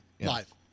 Live